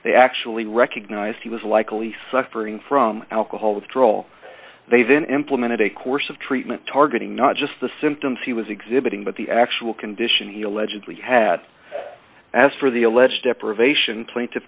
they actually recognized he was likely suffering from alcohol withdrawal they then implemented a course of treatment targeting not just the symptoms he was exhibiting but the actual condition he allegedly had as for the alleged deprivation plaintiff